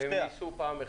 הם ניסו פעם אחת.